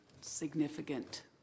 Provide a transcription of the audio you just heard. significant